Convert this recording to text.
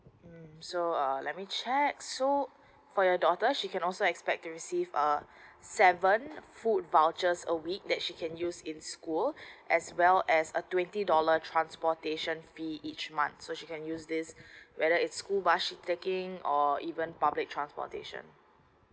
mm so uh let me check so for your daughter she can also expect to receive um seven food vouchers a week that she can use in school as well as a twenty dollar transportation fee each month so she can use this whether it's school bus she taking or even public transportation